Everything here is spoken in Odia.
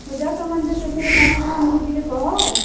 ପୂଜା ସାମାନ ଯେ ସେଥିରୁ କାଣା କାଣା ଆଣିବୁ ଟିକେ କହ